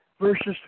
versus